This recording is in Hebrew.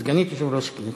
סגנית יושב-ראש הכנסת,